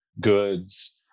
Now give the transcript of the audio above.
goods